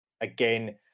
again